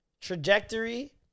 trajectory